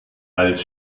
als